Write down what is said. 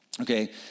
Okay